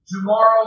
Tomorrow